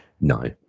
No